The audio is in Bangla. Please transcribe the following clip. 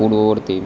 পূর্ববর্তী